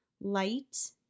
light